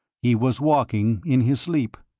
he was walking in his sleep!